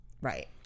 Right